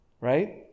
right